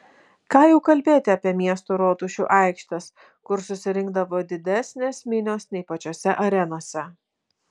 ką jau kalbėti apie miestų rotušių aikštes kur susirinkdavo didesnės minios nei pačiose arenose